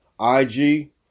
IG